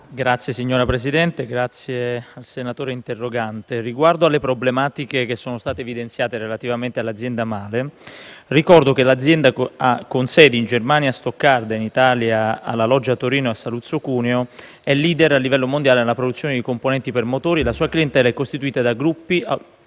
sociali*. Signor Presidente, ringrazio il senatore interrogante. Riguardo alle problematiche evidenziate relativamente alla società Mahle, ricordo che l'azienda, con sedi in Germania a Stoccarda e in Italia a La Loggia (Torino) e a Saluzzo (Cuneo), è *leader* a livello mondiale nella produzione di componenti per motore e la sua clientela è costituita da gruppi